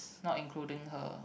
not including her